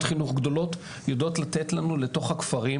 חינוך גדולות יודעות לתת לנו לתוך הכפרים,